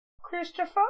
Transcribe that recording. Christopher